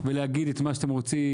ולהגיד את מה שאתם רוצים.